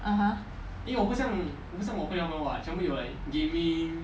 (uh huh)